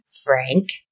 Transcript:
Frank